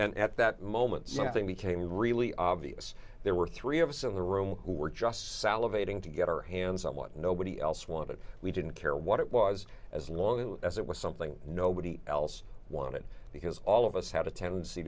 and at that moment something became really obvious there were three of us in the room who were just salivating to get our hands on what nobody else wanted we didn't care what it was as long as it was something nobody else wanted because all of us had a tendency